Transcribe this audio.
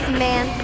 man